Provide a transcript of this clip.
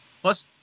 Plus